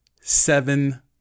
seven